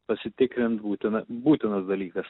pasitikrint būtina būtinas dalykas